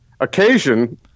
occasion